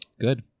Good